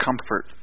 comfort